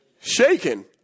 Shaken